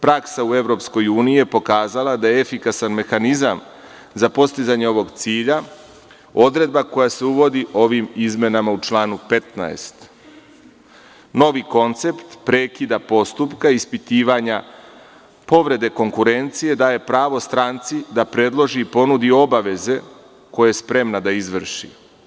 Praksa u Evropskoj uniji je pokazala da je efikasan mehanizam za postizanje ovog cilja odredba koja se uvodi ovim izmenama u članu 15. – novi koncept prekida postupka, ispitivanja povrede konkurencije daje pravo stranci da predloži i ponudi obaveze koje je spremna da izvrši.